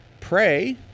Pray